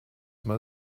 mal